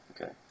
okay